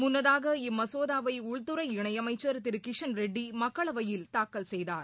முன்னதாக இம்மசோதாவை உள்துறை இணையமைச்சர் திரு கிஷன்ரெட்டி மக்களவையில் தாக்கல் செய்தார்